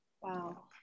Wow